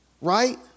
right